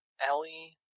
Ellie